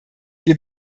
wir